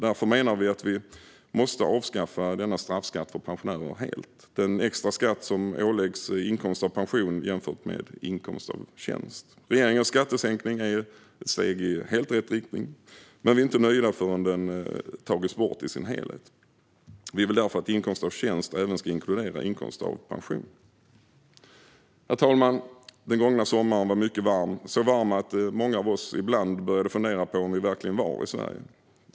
Därför menar vi att vi måste avskaffa denna straffskatt för pensionärer helt, alltså den extra skatt som åläggs inkomst av pension jämfört med inkomst av tjänst. Regeringens skattesänkning är ett steg i helt rätt riktning, men vi är inte nöjda förrän skatten tagits bort i sin helhet. Vi vill därför att inkomst av tjänst även ska inkludera inkomst av pension. Herr talman! Den gångna sommaren var mycket varm, så varm att många av oss ibland började fundera på om vi verkligen var i Sverige.